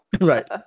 right